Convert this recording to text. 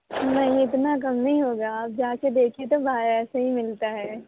نہیں اتنا کم نہیں ہوگا آپ جا کے دیکھیے تو باہر ایسے ہی ملتا ہے